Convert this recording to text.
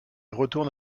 retourne